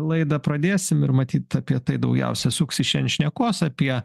laidą pradėsim ir matyt apie tai daugiausia suksis šiandien šnekos apie